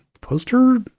poster